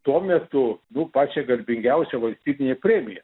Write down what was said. tuo metu nu pačia garbingiausia valstybine premija